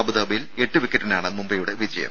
അബുദാബിയിൽ എട്ട് വിക്കറ്റിനാണ് മുംബൈയുടെ വിജയം